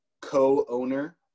co-owner